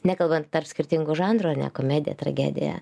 nekalbant tarp skirtingų žanrų ane komedija tragedija